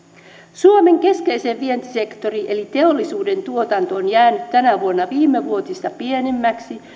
suomen keskeisin vientisektori eli teollisuuden tuotanto on jäänyt tänä vuonna viimevuotista pienemmäksi